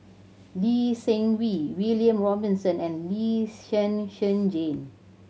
Lee Seng Wee William Robinson and Lee Zhen Zhen Jane